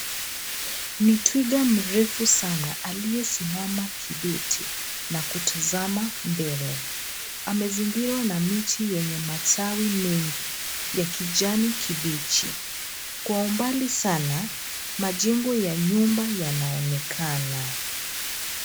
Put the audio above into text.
Ni twiga mrefu sana aliyesimama kidete na kutazama mbele. Amezingirwa na miti yenye matawi mengi ya kijani kibichi. Kwa umbali sana majengo ya nyumba yanaonekana.